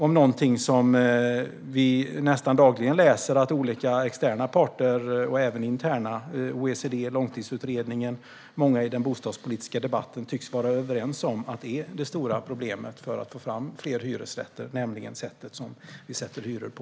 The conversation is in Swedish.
Vi läser nämligen nästan dagligen om att olika externa parter, och även interna - OECD, Långtidsutredningen och många i den bostadspolitiska debatten - tycks vara överens om att det stora problemet när det gäller att få fram fler hyresrätter är sättet som vi sätter hyror på.